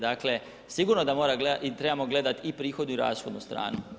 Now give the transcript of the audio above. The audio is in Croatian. Dakle, sigurno da trebamo gledati i prihodnu i rashodnu stranu.